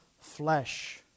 flesh